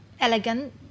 elegant